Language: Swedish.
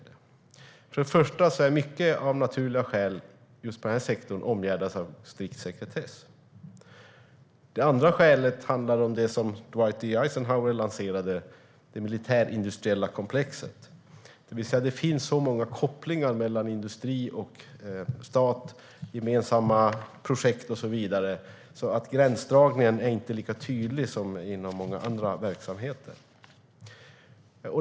Det första är att mycket av naturliga skäl är omgärdat av sekretess i denna sektor. Det andra skälet handlar om det som Dwight D. Eisenhower lanserade: det militärindustriella komplexet. Det finns så många kopplingar mellan industri, militär, stat, gemensamma projekt och så vidare att gränsdragningen inte är lika tydlig som inom många andra verksamheter.